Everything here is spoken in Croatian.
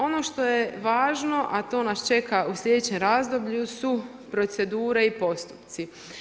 Ono što je važno, a to nas čeka u sljedećem razdoblju su procedure i postupci.